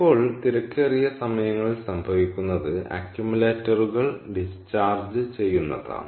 ഇപ്പോൾ തിരക്കേറിയ സമയങ്ങളിൽ സംഭവിക്കുന്നത് അക്യുമുലേറ്ററുകൾ ഡിസ്ചാർജ് ചെയ്യുന്നതാണ്